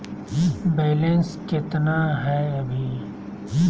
Balance केतना हय अभी?